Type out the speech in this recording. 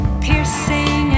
Piercing